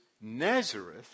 Nazareth